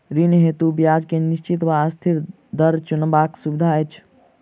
ऋण हेतु ब्याज केँ निश्चित वा अस्थिर दर चुनबाक सुविधा अछि